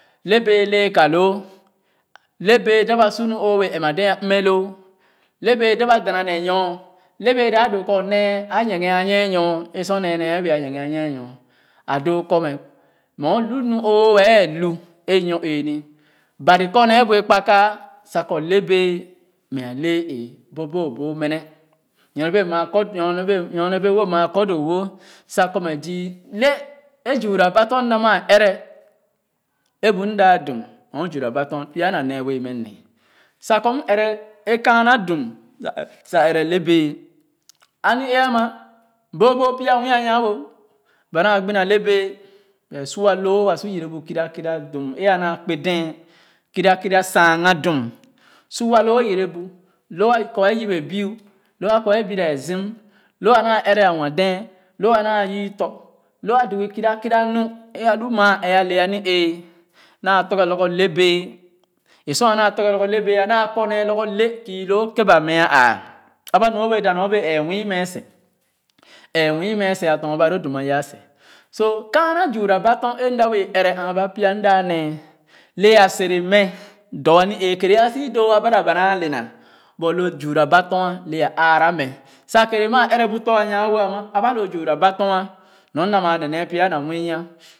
Le bɛ̃ɛ̃ le ka loo le bɛ̃ɛ̃ dap a sor nu a wɛɛ en-ma déé a mnɛ loo le bɛɛ dap a dana ne nyɔɔ le bɛɛ dap a doo kɔ ṅee a nyigia a nyie nyɔ é sor nee nee bɛah nyigia nyɔ a doo kɔ mɛ mɛ olu nu o wɛɛ lu é inyo- ee ni Baṅ kɔ nee bu ye kpa kaa sa kɔ le bɛ̃ɛ̃ mɛ ale ee boo bo boo mene nyɔ ne bee ma kɔ doo-no sa kɔ mɛ zii le a zwura ba tɔr m maa-ɛrɛ é bu m daa dum nyɔ zura ba tɔr pya na nee bee mɛ ne sa kɔ mɛrɛ é kaana dum sa er sa ɛrɛ le bɛɛ a ni-ee ama boobo pya nwii anya-no ba naa gbi na le bɛɛ ba su loo wa sor yɛrɛ bu dum é a naa kpé déé kera kera saaga dum sor wa loo yɛrɛ bu la a kɔ a yip biu la a kɔ a bira zim lo a naa ɛrɛ a nwa-dee lo a naa yii tɔ̃ lo a dogi kera kera nu é a lo maa ɛɛ ale a ni-ee naa torge lorgor le bɛɛ á sor a naa torge lorgor le bɛ̃ɛ̃ naa kɔ nee lorgor le kii loo kén ba meah áá aba nu o bee da ɛɛ nwii mɛɛ seh ɛɛ nwii mɛɛ seh a ton ba loo dum aya seh so kaana zwura ba tɔr é m da wɛɛ ɛrɛ áá ba pya m da nee le a sere mɛ dɔ a ni-ee kerɛ a si doo a bara ba naa le na but lo zwura ba tɔr le ãããra mɛ sa kɛɛre maa ɛrɛ bu tɔ̃ a nwa-wo ama aba lo zwura ba tɔr nyɔ m dap ma ne nee pya muuii